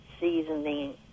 seasoning